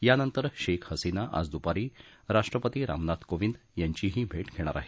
यानंतर शेख हसीना आज दुपारी राष्ट्रपतीरामनाथ कोविंद यांचीही भेट घेणार आहेत